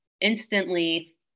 instantly